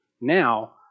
Now